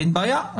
אין בעיה.